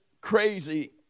crazy